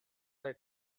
very